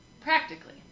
practically